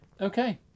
Okay